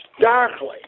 darkly